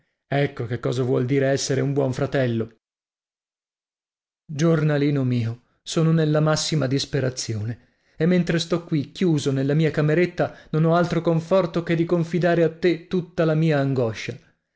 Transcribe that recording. ecco che cosa vuoi dire essere un buon fratello giornalino mio sono nella massima disperazione e mentre sto qui chiuso nella mia cameretta non ho altro conforto che di confidare a te tutta la mia angoscia